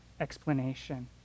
explanation